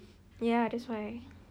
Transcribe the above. ya that's why